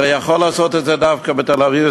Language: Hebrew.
הרי יכול לעשות את זה דווקא בתל-אביב,